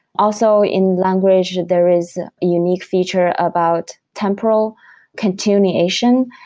also in language, there is a unique feature about temporal continuation,